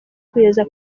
kugeza